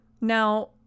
Now